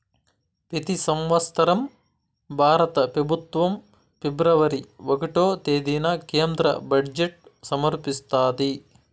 పెతి సంవత్సరం భారత పెబుత్వం ఫిబ్రవరి ఒకటో తేదీన కేంద్ర బడ్జెట్ సమర్పిస్తాది